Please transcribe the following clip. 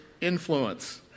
influence